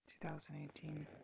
2018